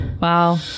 Wow